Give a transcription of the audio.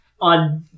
on